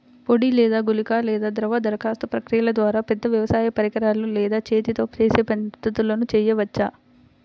పొడి లేదా గుళికల లేదా ద్రవ దరఖాస్తు ప్రక్రియల ద్వారా, పెద్ద వ్యవసాయ పరికరాలు లేదా చేతితో పనిచేసే పద్ధతులను చేయవచ్చా?